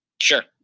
Sure